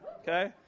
Okay